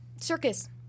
circus